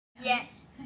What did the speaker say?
Yes